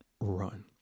run